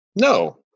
No